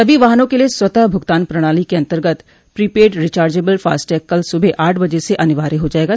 सभी वाहनों के लिए स्वातः भुगतान प्रणाली के अन्तर्गत प्रीपेड रिचार्जेबल फास्टैग कल सुबह आठ बजे से अनिवार्य हो जाएगा